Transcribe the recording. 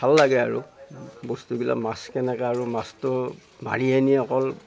ভাল লাগে আৰু বস্তুবিলাক মাছ কেনেকুৱা আৰু মাছটো মাৰি আনি অকল